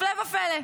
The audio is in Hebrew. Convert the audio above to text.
הפלא ופלא.